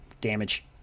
damage